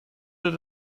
did